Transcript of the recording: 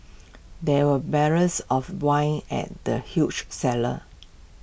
there were barrels of wine in the huge cellar